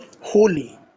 holy